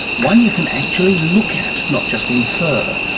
one you can actually look at, not just infer.